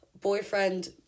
boyfriend